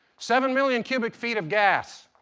seven million cubic feet of gas,